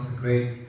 great